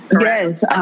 Yes